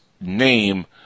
name